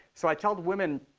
so i tell women,